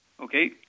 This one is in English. Okay